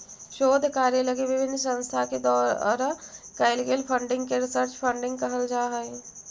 शोध कार्य लगी विभिन्न संस्था के द्वारा कैल गेल फंडिंग के रिसर्च फंडिंग कहल जा हई